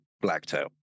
Blacktail